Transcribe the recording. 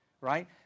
Right